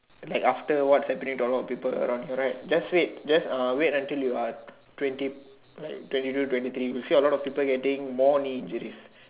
like after what happening got a lot of people around here right just wait until you are twenty two twenty three you see a lot of people getting more knee injuries